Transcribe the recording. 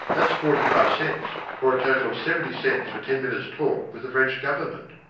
that's forty-five cents or a total of seventy cents for ten minutes' talk with the french government.